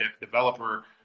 developer